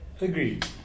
Agreed